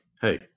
Hey